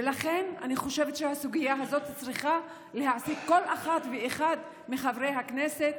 ולכן אני חושבת שהסוגיה הזאת צריכה להעסיק כל אחת ואחד מחברי הכנסת,